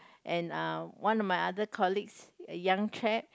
and uh one of my other colleagues a young chap